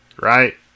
right